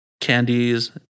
candies